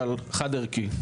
אבל חד ערכי.